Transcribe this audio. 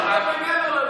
שומע,